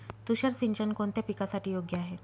तुषार सिंचन कोणत्या पिकासाठी योग्य आहे?